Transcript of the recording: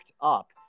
Up